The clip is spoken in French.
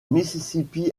mississippi